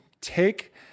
take